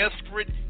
desperate